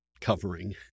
covering